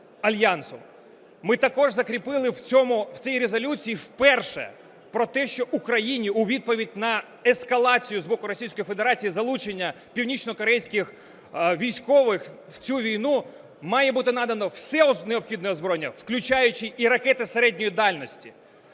Ми також закріпили в цій резолюції вперше про те, що Україні у відповідь на ескалацію з боку Російської Федерації, залучення північнокорейських військових в цю війну, має бути надано все необхідне озброєння, включаючи і ракети середньої дальності.